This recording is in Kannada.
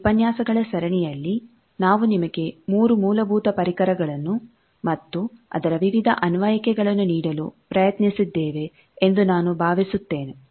ಈಗ ಈ ಉಪನ್ಯಾಸಗಳ ಸರಣಿಯಲ್ಲಿ ನಾವು ನಿಮಗೆ ಮೂರು ಮೂಲಭೂತ ಪರಿಕರಗಳನ್ನು ಮತ್ತು ಅದರ ವಿವಿಧ ಅನ್ವಯಿಕೆಗಳನ್ನು ನೀಡಲು ಪ್ರಯತ್ನಿಸಿದ್ದೇವೆ ಎಂದು ನಾನು ಭಾವಿಸುತ್ತೇನೆ